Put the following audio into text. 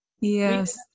Yes